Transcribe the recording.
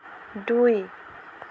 দুই